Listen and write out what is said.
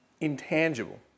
intangible